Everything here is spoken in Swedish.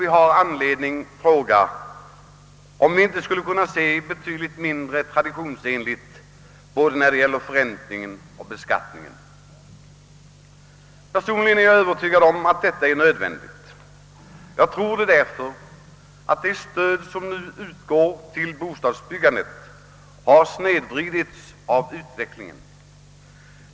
Vi har anledning att fråga oss, om vi inte skulle kunna se betydligt mindre traditionsenligt på bostadsproblemet både när det gäller förräntning och beskattning. Jag tror att detta är nödvändigt, därför att fördelningen av det stöd som nu utgår till bostadsbyggandet har snedvridits av utvecklingen.